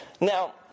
Now